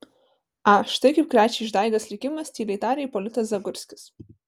a štai kaip krečia išdaigas likimas tyliai tarė ipolitas zagurskis